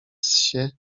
ssie